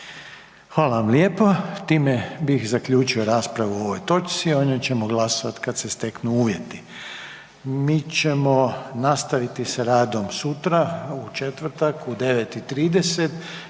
Hvala vam lijepo. Time bih zaključio raspravu o ovoj točci, o njoj ćemo glasat kada se steknu uvjeti. Mi ćemo nastaviti sa radom sutra u četvrtak u 9,30